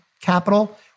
capital